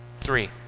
Three